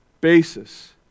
basis